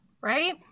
Right